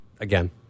Again